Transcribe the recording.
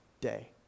day